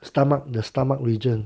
stomach the stomach region